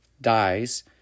Dies